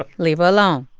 ah leave her alone.